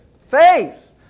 Faith